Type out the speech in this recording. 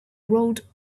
wrote